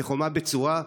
כחומה בצורה,